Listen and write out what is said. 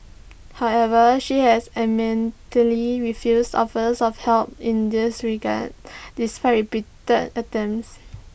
however she has adamantly refused offers of help in this regard despite repeated attempts